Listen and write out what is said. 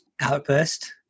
outburst